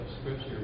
Scripture